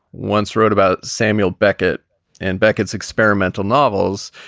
once wrote about samuel beckett and beckett's experimental novels,